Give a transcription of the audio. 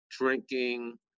drinking